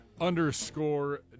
underscore